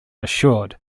assured